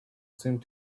seemed